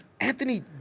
Anthony